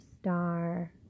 star